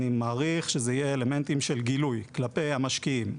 אני מעריך שזה יהיה אלמנטים של גילוי כלפי המשקיעים.